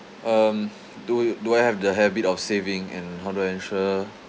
um do do I have the habit of saving and how do I ensure